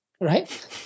right